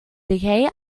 decay